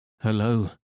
Hello